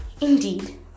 indeed